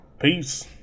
Peace